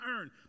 earn